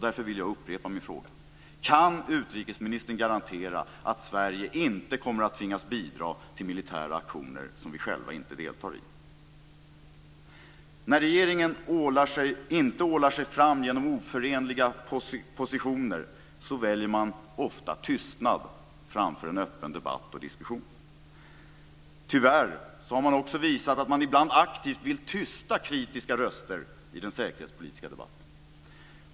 Därför vill jag upprepa min fråga: Kan utrikesministern garantera att Sverige inte kommer att tvingas bidra till militära aktioner som vi själva inte deltar i? När regeringen inte ålar sig fram genom oförenliga positioner väljer man ofta tystnad framför en öppen debatt och diskussion. Tyvärr har man också visat att man ibland aktivt vill tysta kritiska röster i den säkerhetspolitiska debatten.